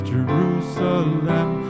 Jerusalem